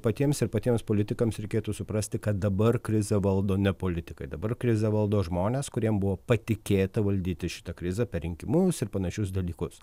patiems ir patiems politikams reikėtų suprasti kad dabar krizę valdo ne politikai dabar krizę valdo žmonės kuriem buvo patikėta valdyti šitą krizę per rinkimus ir panašius dalykus